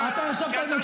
כי אתה שקרן,